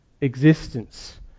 existence